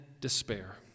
despair